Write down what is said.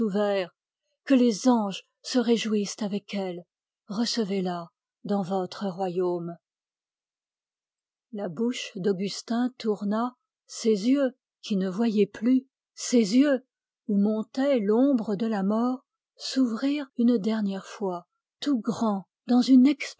que les anges se réjouissent avec elle recevez la dans votre royaume la bouche d'augustin tourna ses yeux qui ne voyaient plus ses yeux où montait l'ombre de la mort s'ouvrirent une dernière fois tout grands dans une